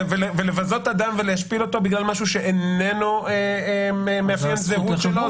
לבזות אדם ולהשפיל אותו בגלל משהו שאיננו מאפיין זהות שלו,